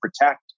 protect